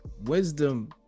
wisdom